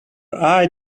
eye